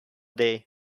day